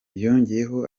yongeyeho